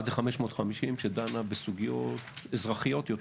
האחת 550, שדנה בסוגיות אזרחיות יותר